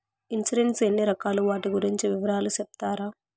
Insurance ఎన్ని రకాలు వాటి గురించి వివరాలు సెప్తారా?